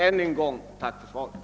Än en gång tackar jag för svaret.